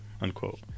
unquote